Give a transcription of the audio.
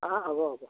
অঁ হ'ব হ'ব